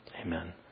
Amen